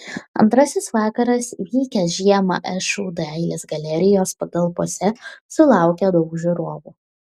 antrasis vakaras vykęs žiemą šu dailės galerijos patalpose sulaukė daug žiūrovų